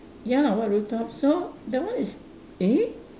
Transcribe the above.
ya white roof top so that one is eh